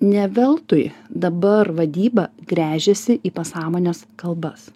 ne veltui dabar vadyba gręžiasi į pasąmonės kalbas